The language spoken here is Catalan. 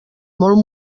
molt